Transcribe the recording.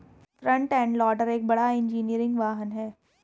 front end loader एक बड़ा engineering वाहन है